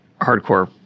hardcore